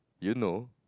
you know